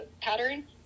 pattern